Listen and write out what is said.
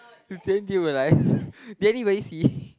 then did you realise did anybody see